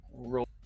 Roll